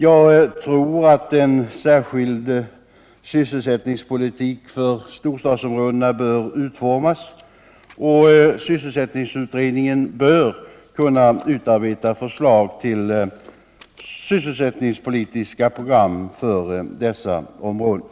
Jag tror att en särskild sysselsättningspolitik för storstads områdena bör utformas, och sysselsättningsutredningen bör kunna utarbeta förslag till sysselsättningspolitiska program för dessa områden.